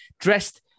dressed